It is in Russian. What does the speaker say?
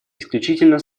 исключительно